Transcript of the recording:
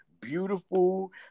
Beautiful